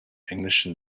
englischen